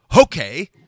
okay